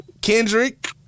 Kendrick